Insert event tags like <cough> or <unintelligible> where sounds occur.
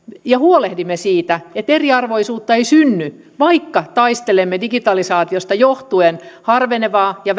ja huolehdimme siitä että eriarvoisuutta ei synny vaikka taistelemme digitalisaatiosta johtuen postiliikenteen harvenemista ja <unintelligible>